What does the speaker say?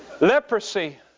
Leprosy